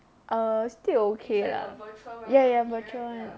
err still okay ya ya virtual one